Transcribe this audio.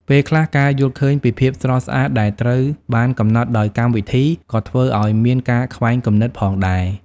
ពេលខ្លះ ការយល់ឃើញពីភាពស្រស់ស្អាតដែលត្រូវបានកំណត់ដោយកម្មវិធីក៏ធ្វើឲ្យមានការខ្វែងគំនិតផងដែរ។